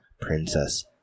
princess